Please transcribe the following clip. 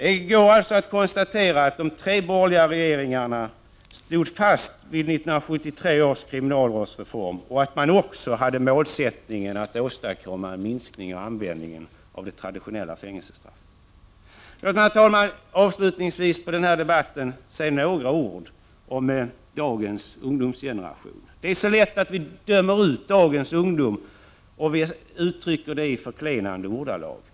Det går att konstatera att de tre borgerliga regeringarna stod fast vid 1973 års kriminalvårdsreform och att man även hade målsättningen att åstadkomma en minskning av användningen av det traditionella fängelsestraffet. Låt mig, herr talman, avslutningsvis i denna debatt säga några ord om dagens ungdomsgeneration. Vi dömer så lätt ut dagens ungdomar. Vi talar om dem i förklenande ordalag.